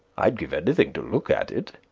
i'd give anything to look at it.